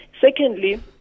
Secondly